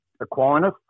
Aquinas